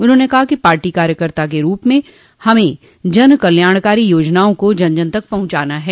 उन्होंने कहा कि पार्टी कार्यकर्ता के रूप में हमें जन कल्याण योजनाओं को जन जन तक पहंचाना है